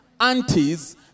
aunties